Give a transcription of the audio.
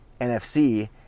NFC